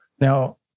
now